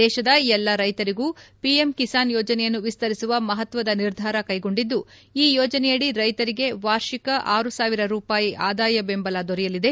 ದೇಶದ ಎಲ್ಲಾ ರೈತರಿಗೂ ಪಿಎಂ ಕಿಸಾನ್ ಯೋಜನೆಯನ್ನು ವಿಸ್ತರಿಸುವ ಮಹತ್ವದ ನಿರ್ಧಾರ ಕೈಗೊಂಡಿದ್ದು ಈ ಯೋಜನೆಯಡಿ ರೈಶರಿಗೆ ವಾರ್ಷಿಕ ಸಾವಿರ ರೂಪಾಯಿ ಆದಾಯ ಬೆಂಬಲ ದೊರೆಯಲಿದೆ